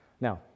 Now